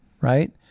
Right